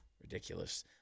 Ridiculous